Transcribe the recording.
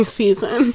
season